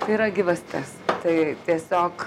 tai yra gyvastis tai tiesiog